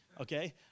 okay